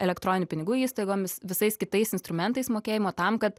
elektroninių pinigų įstaigomis visais kitais instrumentais mokėjimo tam kad